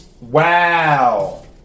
Wow